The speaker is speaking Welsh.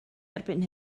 erbyn